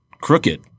crooked